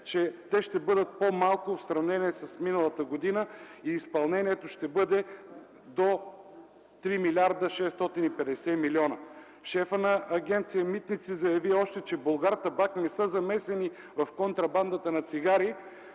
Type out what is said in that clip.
те ще бъдат по-малко в сравнение с миналата година и изпълнението ще бъде до 3 млрд. 650 млн. Шефът на Агенция „Митници” заяви още, че „Булгартабак” не са замесени в контрабандата на цигари,